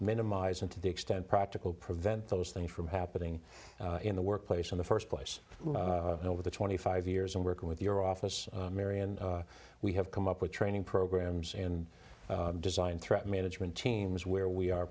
minimize and to the extent practical prevent those things from happening in the workplace in the first place over the twenty five years and work with your office marion we have come up with training programs and designed threat management teams where we are